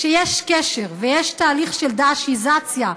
שיש קשר ויש תהליך של "דאעשיזציה".